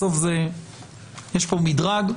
בסוף יש פה מדרג.